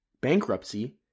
bankruptcy